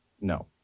No